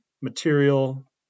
material